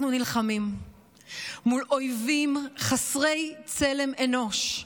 אנחנו נלחמים מול אויבים חסרי צלם אנוש,